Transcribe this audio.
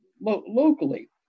locally